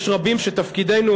יש רבים שתפקידנו,